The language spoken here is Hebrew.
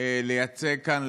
לייצג כאן,